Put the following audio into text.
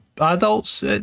adults